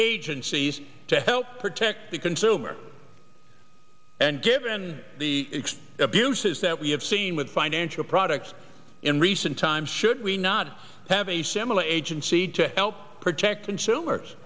agencies to help protect the consumer and given the abuses that we have seen with financial products in recent times should we not have a similar agency to help protect consumers